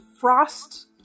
frost